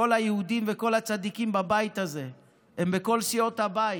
כל היהודים וכל הצדיקים בבית הזה הם בכל סיעות הבית: